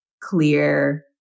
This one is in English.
clear